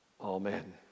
Amen